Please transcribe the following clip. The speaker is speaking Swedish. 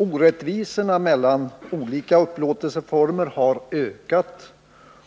Orättvisorna mellan olika upplåtelseformer har ökat,